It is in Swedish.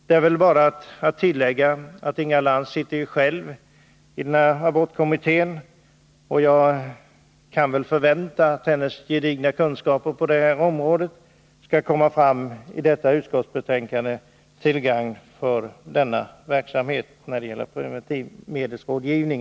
Det är väl bara att tillägga att Inga Lantz sitter i abortkommittén och att vi väl kan förvänta oss att hennes gedigna kunskaper på det här området skall komma fram i betänkandet från kommittén, till gagn för verksamheten med preventivmedelsrådgivning.